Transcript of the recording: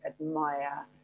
admire